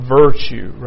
virtue